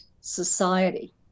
society